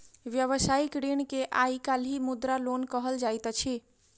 व्यवसायिक ऋण के आइ काल्हि मुद्रा लोन कहल जाइत अछि